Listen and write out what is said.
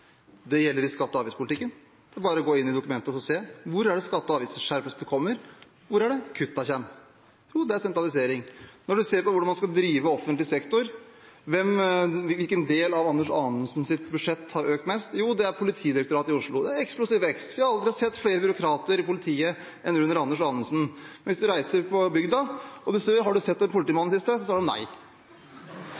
Det gjelder i skatte- og avgiftspolitikken – det er bare å gå inn i dokumentet og se: Hvor er det skatte- og avgiftsskjerpelsene kommer? Hvor er det kuttene kommer? Jo, det er sentralisering. Når man ser på hvordan man skal drive offentlig sektor – hvilken del av Anders Anundsens budsjett har økt mest? Jo, det er Politidirektoratet i Oslo. Det er en eksplosiv vekst; jeg tror aldri vi har sett flere byråkrater i politiet enn under Anders Anundsen. Og hvis du reiser ut på bygda og spør om de har sett en politimann